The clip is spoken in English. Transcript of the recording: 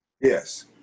yes